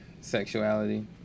Sexuality